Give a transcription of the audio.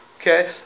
okay